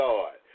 God